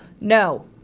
No